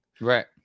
Right